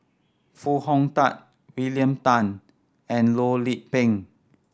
Foo Hong Tatt William Tan and Loh Lik Peng